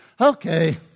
okay